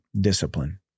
discipline